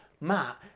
matt